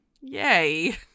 yay